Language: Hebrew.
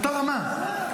באותה רמה.